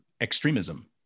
extremism